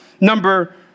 number